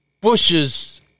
bushes